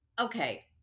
Okay